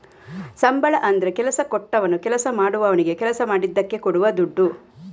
ಸಂಬಳ ಅಂದ್ರೆ ಕೆಲಸ ಕೊಟ್ಟವನು ಕೆಲಸ ಮಾಡುವವನಿಗೆ ಕೆಲಸ ಮಾಡಿದ್ದಕ್ಕೆ ಕೊಡುವ ದುಡ್ಡು